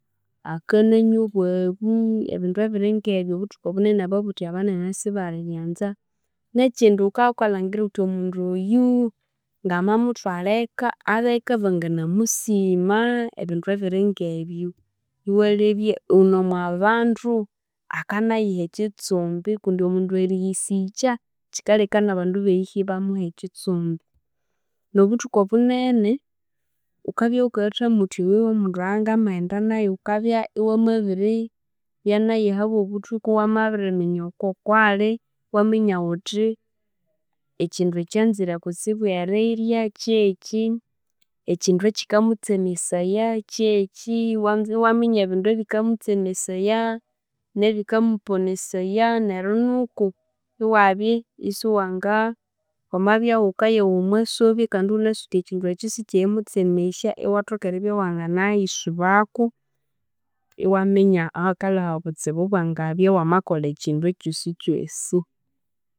Akananywa obwabu, ebindu ebiring'ebyu obuthuku obunene ababuthi abanene sibalibyanza, n'ekindi wukabya wukalhangira wuthi omundu oyu namamuthwalha eka, ab'eka banganamusima? Ebindu ebiring'ebyo iwalhebya wune omwa bandu akanayiha ekitsumbi kundi omundu eriyisikya kikalheka n'abandu ab'eyihya ibamuha ekitsumbi, n'obuthuku obunene, wukabya wukayathwamo wuthi oyu y'omundu eyangamaghenda nayu wukabya iwamabiribya nayu ahabw'obuthuku iwamabiriminya ng'okwali iwaminya wuthi ekindu ekyanzire kutsibu erirya ky'eki, ekindu ekikamutsemesaya ky'eki, iwa iwanza iwaminya ebindu ebikamutsemesaya, n'ebikamuponesaya neryo nuku iwabya isiwanga wamabya iwukayawa omwa sobi kandi iwunasi wuthi wuthi ekindu eki sikyeemutsemesya iwathoka eribya iwanganayisubako iwaminya aa kale ah'obutsibu bwangabya wamakolha ekindu ekyosi kyosi.